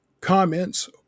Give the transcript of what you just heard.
comments